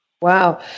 Wow